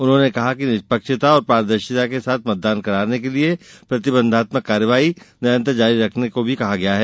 उन्होंने कहा कि निष्पक्षता और पारदर्शिता के साथ मतदान कराने के लिये प्रतिबन्धात्मक कार्यवाही निरन्तर जारी रखने को भी कहा गया है